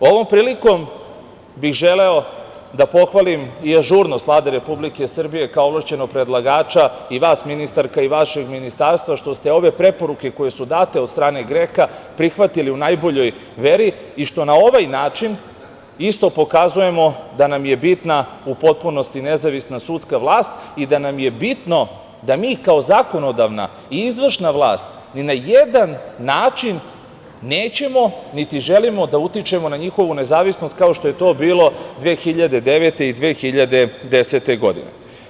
Ovom prilikom bih želeo da pohvalim i ažurnost Vlade Republike Srbije, kao ovlašćenog predlagača, i vas ministarka i vašeg Ministarstva, što ste ove preporuke koje su date, od strane GREKA prihvatili u najboljoj veri, što na ovaj način isto pokazujemo da nam je bitna u potpunosti nezavisna sudska vlast i da nam je bitno da mi kao zakonodavna i izvršna vlast, ni na jedan način nećemo niti želimo da utičemo na njihovu nezavisnost kao što je to bilo 2009. i 2010. godine.